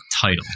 title